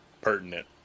pertinent